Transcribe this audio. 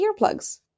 earplugs